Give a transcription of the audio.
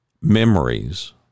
memories